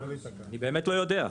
אני באמת לא יודע.